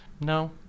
No